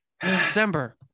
December